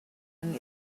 and